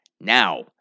now